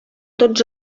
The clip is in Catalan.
tots